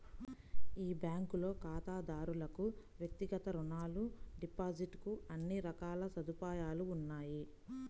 ఈ బ్యాంకులో ఖాతాదారులకు వ్యక్తిగత రుణాలు, డిపాజిట్ కు అన్ని రకాల సదుపాయాలు ఉన్నాయి